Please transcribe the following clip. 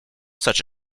such